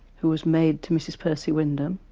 who was maid to mrs percy windham,